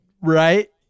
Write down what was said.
right